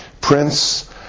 Prince